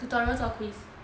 tutorials or quiz